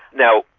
now,